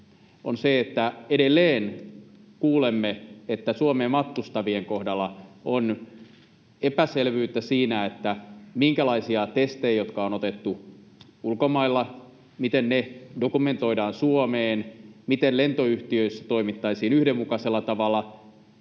on se, että edelleen kuulemme, että Suomeen matkustavien kohdalla on epäselvyyttä testeistä, jotka on otettu ulkomailla: miten ne dokumentoidaan Suomeen, miten lentoyhtiöissä toimittaisiin yhdenmukaisella tavalla.